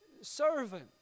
servant